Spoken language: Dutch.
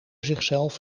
zichzelf